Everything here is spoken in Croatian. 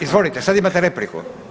Izvolite sada imate repliku.